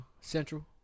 Central